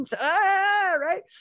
right